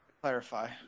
clarify